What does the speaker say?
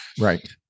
Right